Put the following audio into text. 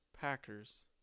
Packers